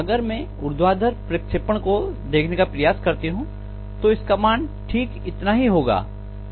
अगर मैं ऊर्ध्वाधर प्रक्षेपण को देखने का प्रयास करती हूं तो इसका मान ठीक इतना ही होगा